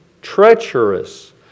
treacherous